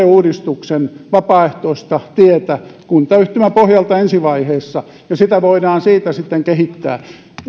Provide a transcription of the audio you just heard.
uudistuksen vapaaehtoista tietä kuntayhtymäpohjalta ensi vaiheessa ja sitä voidaan siitä sitten kehittää